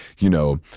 you know,